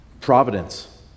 Providence